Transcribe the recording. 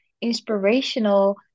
inspirational